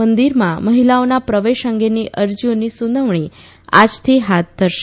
મંદીરમાં મહિલાઓના પ્રવેશ અંગેની અરજીઓની સુનાવણી આજથી હાથ ધરશે